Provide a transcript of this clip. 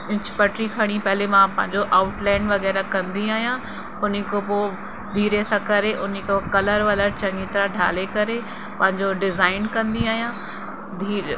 inch पटी खणी करे पहले मां पंहिंजो आउटलाइन वग़ैरह कंदी आहियां उन्हीअ खां पोइ धीरे सां करे उन्हीअ खां कलर वलर चङी तरह ढाले करे पंहिंजो डिज़ाइन कंदी आहियां धीर